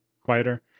quieter